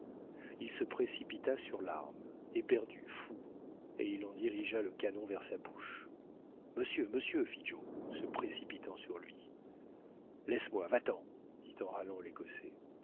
il se précipita sur l'arme éperdu fou et il en dirigea le canon vers sa bouche monsieur monsieur fit joe se précipitant sur lui laisse-moi va-t-en dit en râlant l'écossais